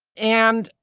and,